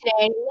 today